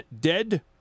Dead